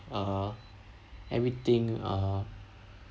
err everything uh